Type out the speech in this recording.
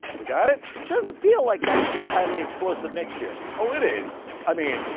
we got it? doesn't feel like that should be a highly explosive mixture. oh, it is, i mean,